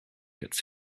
gets